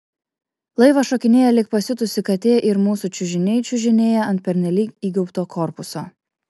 laivas šokinėja lyg pasiutusi katė ir mūsų čiužiniai čiužinėja ant pernelyg įgaubto korpuso